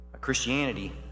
Christianity